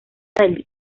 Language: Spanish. del